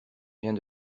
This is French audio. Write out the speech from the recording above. viens